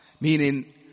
Meaning